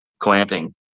clamping